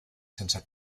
sense